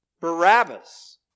Barabbas